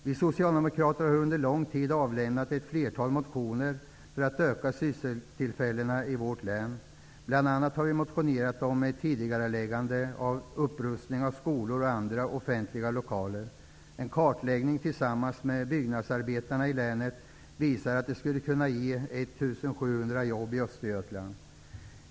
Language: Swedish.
Vi socialdemokrater har under lång tid avlämnat ett flertal motioner med förslag till åtgärder för att öka antalet sysselsättningstillfällen i vårt län. Bl.a. har vi motionerat om ett tidigareläggande av upprustningen av skolor och andra offentliga lokaler. En kartläggning som gjorts tillsammans med byggnadsarbetarna i länet visar att det det skulle kunna ge 1 700 jobb i Östergötland.